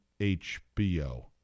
HBO